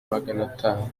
maganatanu